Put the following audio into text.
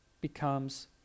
becomes